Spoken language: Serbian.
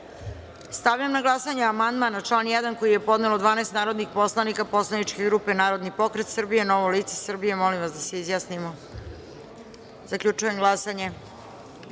na glasanje amandman na član 3. koji je podnelo 12 narodnih poslanika poslaničke grupe Narodni pokret Srbije – Novo lice Srbije. Molim vas da se izjasnite. Zaključujem glasanje